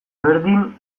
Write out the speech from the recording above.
berdin